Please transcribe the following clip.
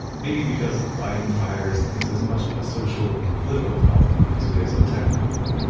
maybe because fighting fires is as much a social and political problem as it is a technical one.